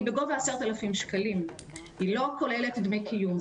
היא בגובה 10,000 שקלים והיא לא כוללת דמי קיום.